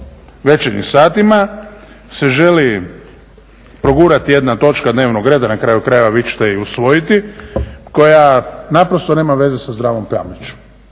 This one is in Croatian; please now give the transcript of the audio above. večernjim satima se želi progurati jedna točka dnevnog reda, na kraju krajeva vi ćete je i usvojiti koja naprosto nema veze sa zdravom pameću.